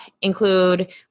include